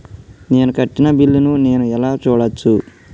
నేను కట్టిన బిల్లు ను నేను ఎలా చూడచ్చు?